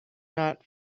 not